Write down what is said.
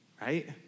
right